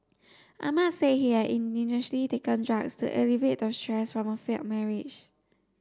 Ahmad said he had initially taken drugs to alleviate the stress from a failed marriage